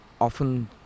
often